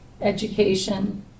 education